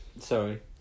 Sorry